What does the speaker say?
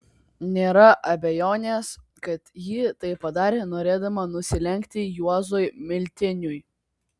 nėra abejonės kad ji tai padarė norėdama nusilenkti juozui miltiniui